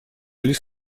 лишь